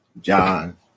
John